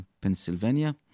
Pennsylvania